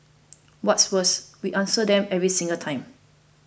what's worse we answer them every single time